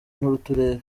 n’uturere